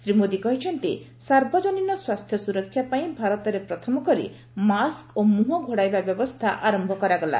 ଶ୍ରୀ ମୋଦୀ କହିଛନ୍ତି ସାର୍ବଜନୀନ ସ୍ୱାସ୍ଥ୍ୟ ସୁରକ୍ଷା ପାଇଁ ଭାରତରେ ପ୍ରଥମ କରି ମାସ୍କ୍ ଓ ମୁହଁ ଘୋଡ଼ାଇବା ବ୍ୟବସ୍ଥା ଆରମ୍ଭ କରାଗଲା